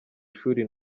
ishuri